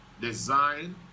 Design